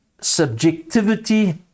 subjectivity